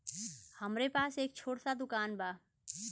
हमरे पास एक छोट स दुकान बा